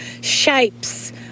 shapes